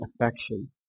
affection